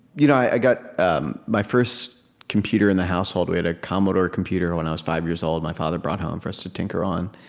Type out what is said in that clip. you know i got um my first computer in the household we had a commodore computer when i was five years old my father brought home for us to tinker on.